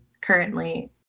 currently